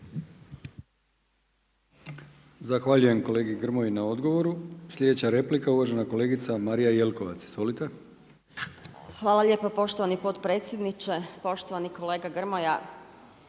Zahvaljujem kolegi Grmoji na odgovoru. Slijedeća replika uvažena kolegica Marija Jelkovac. Izvolite. **Jelkovac, Marija (HDZ)** Hvala lijepa poštovani potpredsjedniče. Poštovani kolega Grmoja,